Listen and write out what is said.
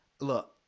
look